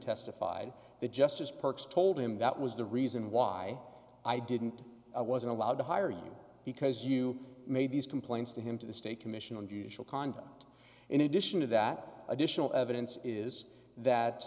testified that justice perks told him that was the reason why i didn't i wasn't allowed to hire you because you made these complaints to him to the state commission on judicial conduct in addition to that additional evidence is that